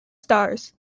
stars